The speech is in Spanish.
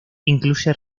incluye